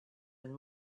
and